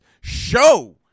show